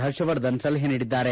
ಹರ್ಷವರ್ಧನ್ ಸಲಹೆ ನೀಡಿದ್ದಾರೆ